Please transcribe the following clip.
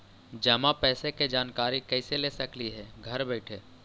जमा पैसे के जानकारी कैसे ले सकली हे घर बैठे?